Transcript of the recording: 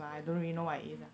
mm mm